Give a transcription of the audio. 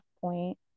point